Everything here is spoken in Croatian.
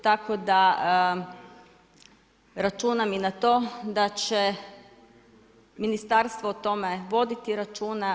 Tako da računam i na to da će ministarstvo o tome voditi računa.